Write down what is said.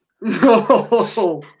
no